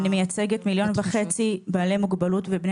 אני מייצגת מיליון וחצי בעלי מוגבלות ובני